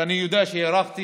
אני יודע שהארכתי.